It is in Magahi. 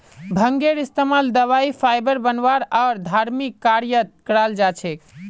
भांगेर इस्तमाल दवाई फाइबर बनव्वा आर धर्मिक कार्यत कराल जा छेक